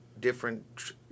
different